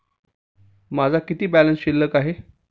माझा किती बॅलन्स शिल्लक आहे?